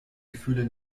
gefühle